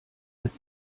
als